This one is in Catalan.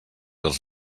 els